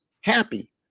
happy